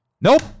Nope